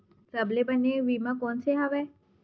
सबले बने बीमा कोन से हवय?